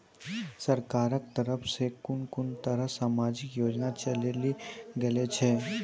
सरकारक तरफ सॅ कून कून तरहक समाजिक योजना चलेली गेलै ये?